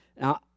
Now